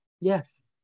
Yes